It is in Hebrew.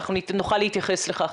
נוכל להתייחס לכך.